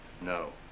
No